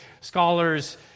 scholars